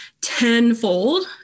tenfold